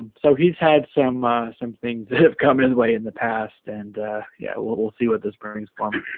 um so he's had some some things that have come his way in the past and yeah well we'll see what this browning's plumbing